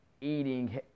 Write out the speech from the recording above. eating